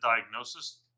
diagnosis